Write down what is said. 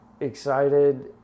excited